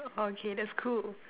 okay that's cool